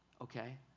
Okay